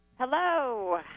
Hello